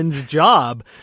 job